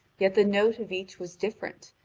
yet the note of each was different,